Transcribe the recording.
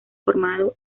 formado